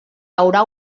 haurà